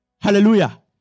hallelujah